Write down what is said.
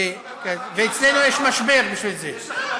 אצלנו יש משבר בגלל זה.